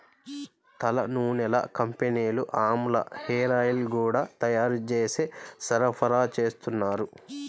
తలనూనెల కంపెనీలు ఆమ్లా హేరాయిల్స్ గూడా తయ్యారు జేసి సరఫరాచేత్తన్నారు